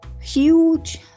huge